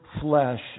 flesh